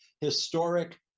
historic